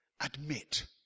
admit